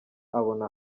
abona